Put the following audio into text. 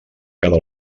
cada